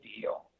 deal